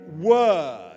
word